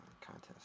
Contest